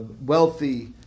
wealthy